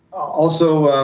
also,